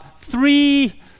three